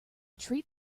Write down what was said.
treat